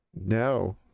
no